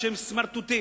מהממשלה הקודמת.